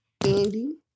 Andy